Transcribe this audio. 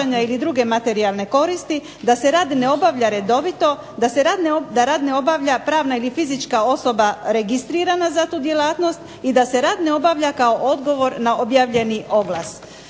da se rad ne obavlja redovito, da rad ne obavlja pravna ili fizička osoba registrirana za tu djelatnost, i da se rad ne obavlja kao odgovor na objavljeni oglas.